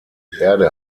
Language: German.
erde